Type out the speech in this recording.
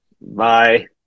Bye